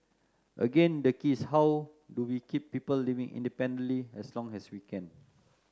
again the key is how do we keep people living independently as long as we can